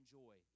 joy